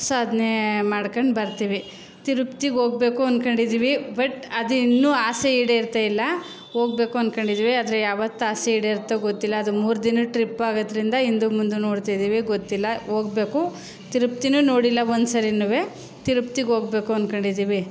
ಸಾಧನೆ ಮಾಡ್ಕೊಂಡು ಬರ್ತೀವಿ ತಿರುಪ್ತಿಗೆ ಹೋಗ್ಬೇಕು ಅಂದ್ಕೊಂಡಿದ್ದೀವಿ ಬಟ್ ಅದು ಇನ್ನೂ ಆಸೆ ಈಡೇರ್ತಾ ಇಲ್ಲ ಹೋಗ್ಬೇಕು ಅಂದ್ಕೊಂಡಿದ್ದೀವಿ ಆದರೆ ಯಾವತ್ತು ಆಸೆ ಈಡೇರುತ್ತೋ ಗೊತ್ತಿಲ್ಲ ಅದು ಮೂರು ದಿನದ ಟ್ರಿಪ್ ಆಗೋದ್ರಿಂದ ಹಿಂದು ಮುಂದು ನೋಡ್ತಿದ್ದೀವಿ ಗೊತ್ತಿಲ್ಲ ಹೋಗ್ಬೇಕು ತಿರುಪ್ತಿಯೂ ನೋಡಿಲ್ಲ ಒಂದ್ಸರಿನೂ ತಿರುಪ್ತಿಗೆ ಹೋಗ್ಬೇಕು ಅಂದ್ಕೊಂಡಿದ್ದೀವಿ